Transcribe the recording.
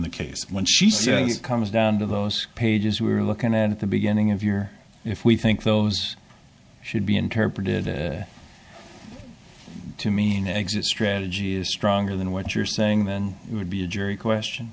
the case when she said it comes down to those pages we were looking at the beginning of year if we think those should be interpreted to mean exit strategy is stronger than what you're saying then it would be a jury question